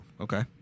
Okay